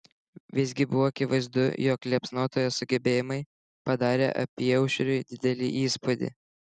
visgi buvo akivaizdu jog liepsnotojo sugebėjimai padarė apyaušriui didelį įspūdį